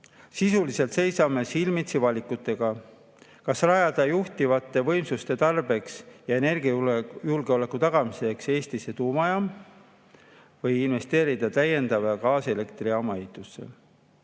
Sisuliselt seisame silmitsi valikutega, kas rajada juhitavate võimsuste tarbeks ja energiajulgeoleku tagamiseks Eestisse tuumajaam või investeerida täiendavalt gaasielektrijaama ehitusse.